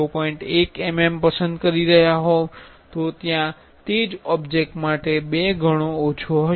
1 mm પસંદ કરી રહ્યા હોવ તો ત્યાં તે જ ઓબ્જેક્ટ માટે 2 ગણો ઓછો હશે